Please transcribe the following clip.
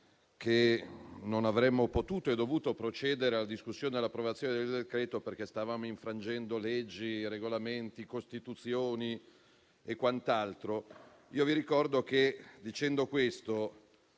che non avremmo potuto e dovuto procedere alla discussione e all'approvazione del decreto-legge perché stavamo infrangendo leggi, regolamenti, la Costituzione e quant'altro. Io vi ricordo che, dicendo questo,